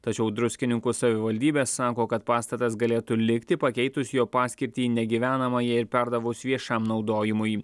tačiau druskininkų savivaldybė sako kad pastatas galėtų likti pakeitus jo paskirtį į negyvenamąjį ir perdavus viešam naudojimui